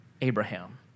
Abraham